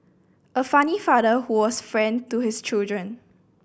a funny father who was a friend to his children